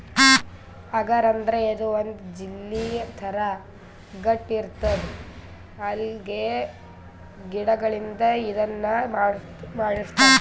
ಅಗರ್ ಅಂದ್ರ ಇದು ಒಂದ್ ಜೆಲ್ಲಿ ಥರಾ ಗಟ್ಟ್ ಇರ್ತದ್ ಅಲ್ಗೆ ಗಿಡಗಳಿಂದ್ ಇದನ್ನ್ ಮಾಡಿರ್ತರ್